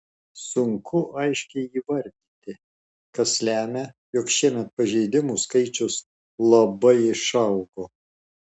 sunku aiškiai įvardyti kas lemia jog šiemet pažeidimų skaičius labai išaugo